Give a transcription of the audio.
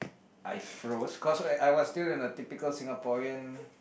I froze cause I was still in a typical Singaporean